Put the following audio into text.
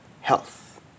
health